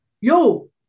yo